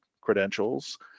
credentials